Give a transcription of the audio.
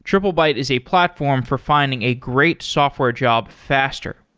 triplebyte is a platform for finding a great software job faster.